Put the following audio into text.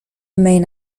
main